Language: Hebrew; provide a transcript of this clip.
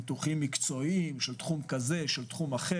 ניתוחים מקצועיים של כל מיני תחומים.